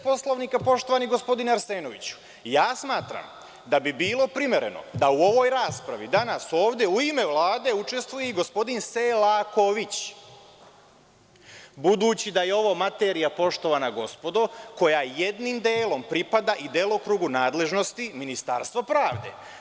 Poslovnika, poštovani gospodine Arsenoviću, ja smatram da bi bilo primereno da u ovoj raspravi danas ovde u ime Vlade učestvuje i gospodin Selaković, budući da je ovo materija, poštovana gospodo, koja jednim delom pripada i delokrugu nadležnosti Ministarstva pravde.